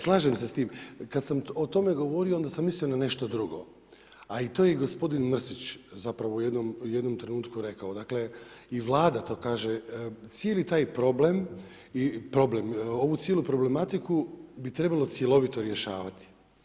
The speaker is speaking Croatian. Slažem se s tim, kada sam o tome govorio, onda sam mislio na nešto drugo, a to je i gospodin Mrsić zapravo u jednom trenutku rekao, dakle, i vlada to kaže, cijeli taj problem i problem, ovu cijelu problematiku bi trebalo cjelovito rješavati.